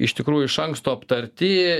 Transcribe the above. iš tikrųjų iš anksto aptarti